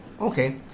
okay